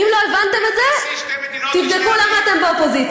אם לא הבנתם את זה, תבדקו למה אתם באופוזיציה.